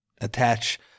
Attach